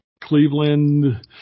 Cleveland